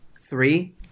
Three